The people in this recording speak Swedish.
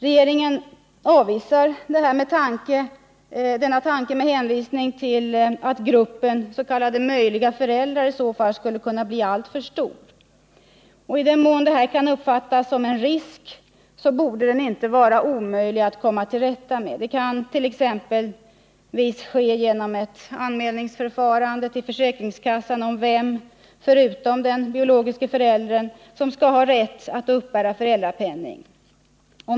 Regeringen avvisar denna tanke med hänvisning till att gruppen ”möjliga föräldrar” i så fall skulle kunna bli alltför stor. I den mån detta kan uppfattas som en risk, bör det vara möjligt att komma till rätta med den. Det kan exempelvis ske genom en anmälan till försäkringskassan om vem, förutom den biologiske föräldern, som skall ha rätt att uppbära föräldrapenning.